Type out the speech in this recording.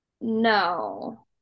no